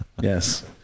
Yes